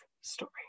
story